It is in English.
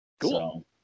Cool